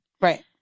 Right